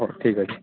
ହଉ ଠିକ୍ ଅଛେ